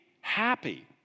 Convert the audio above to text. happy